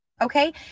Okay